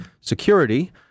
security